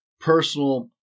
personal